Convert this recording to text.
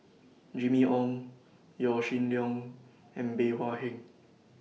Jimmy Ong Yaw Shin Leong and Bey Hua Heng